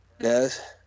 Yes